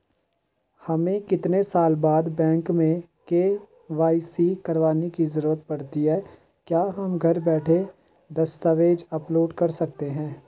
हमें कितने साल बाद बैंक में के.वाई.सी करवाने की जरूरत पड़ती है क्या हम घर बैठे दस्तावेज़ अपलोड कर सकते हैं?